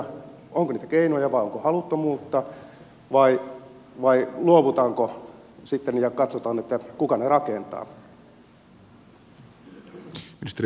onko niitä keinoja vai onko haluttomuutta vai luovutaanko sitten ja katsotaan kuka ne rakentaa